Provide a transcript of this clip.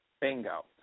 Bingo